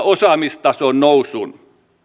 osaamistason nousun